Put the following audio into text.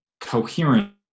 coherent